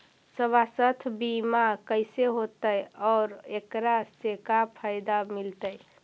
सवासथ बिमा कैसे होतै, और एकरा से का फायदा मिलतै?